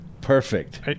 Perfect